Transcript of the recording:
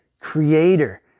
creator